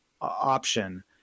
option